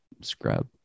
scrub